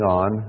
on